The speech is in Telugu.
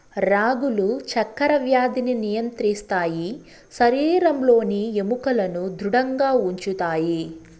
రాగులు చక్కర వ్యాధిని నియంత్రిస్తాయి శరీరంలోని ఎముకలను ధృడంగా ఉంచుతాయి